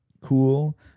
Cool